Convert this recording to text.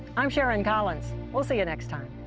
i'm sharon collins. we'll see you next time!